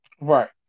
Right